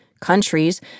countries